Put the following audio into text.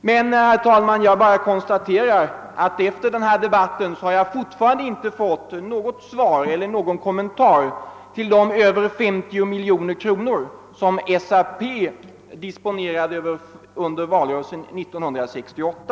Men, herr talman, jag konstaterar att jag efter denna debatt fortfarande inte fått någon kommentar beträffande de drygt 50 miljoner kronor som SAP disponerade under valrörelsen 1968.